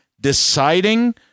deciding